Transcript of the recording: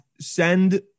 Send